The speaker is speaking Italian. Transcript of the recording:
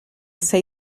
sei